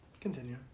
Continue